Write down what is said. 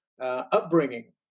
upbringing